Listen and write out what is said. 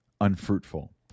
unfruitful